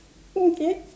okay